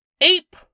ape